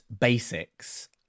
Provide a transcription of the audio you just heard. basics